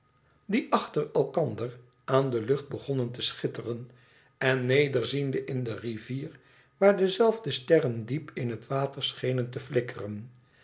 die achter elkander aan de lucht begonnen te schitteren en nederziende in de rivier waar dezelfde sterren diep in het water schenen te flikkeren